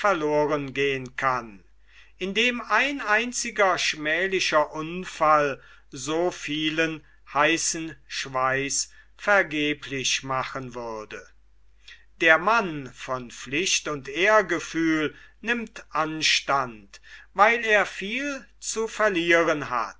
verloren gehen kann indem ein einziger schmählicher unfall so vielen heißen schweiß vergeblich machen würde der mann von pflicht und ehr gefühl nimmt anstand weil er viel zu verlieren hat